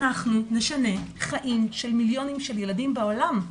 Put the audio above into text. אנחנו נשנה חיים של מיליונים של ילדים בעולם.